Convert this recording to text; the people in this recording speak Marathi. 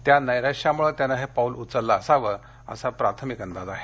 त्या नैराश्यामुळे त्यांनी हे पाऊल उचललं असावं असा प्राथमिक अंदाज आहे